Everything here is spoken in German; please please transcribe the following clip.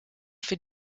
für